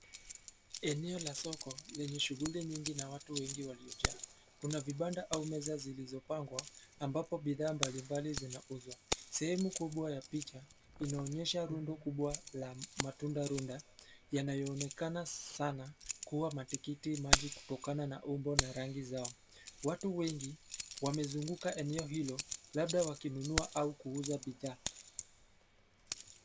Eneo la soko, lenye shughuli nyingi na watu wengi waliojaa, kuna vibanda au meza zilizopangwa, ambapo bidhaa mbali mbali zinauzwa, sehemu kubwa ya picha, linaonyesha rundo kubwa la matunda runda, yanayoonekana sana, kuwa matikimaji kutokana na umbo na rangi zao, watu wengi, wamezunguka eneo hilo, labda wakinunua au kuuza bidhaa.